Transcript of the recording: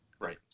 Right